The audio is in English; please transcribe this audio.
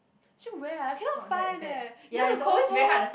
actually where ah I cannot find eh you know the Koufu